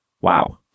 Wow